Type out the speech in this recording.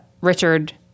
Richard